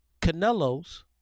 Canelo's